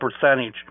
percentage